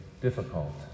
difficult